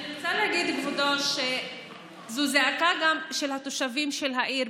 להגיד, כבודו, שזו זעקה גם של התושבים של העיר.